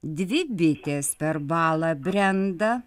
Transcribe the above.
dvi bitės per balą brenda